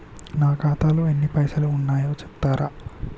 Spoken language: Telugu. నా ఖాతాలో ఎన్ని పైసలు ఉన్నాయి చెప్తరా?